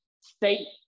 state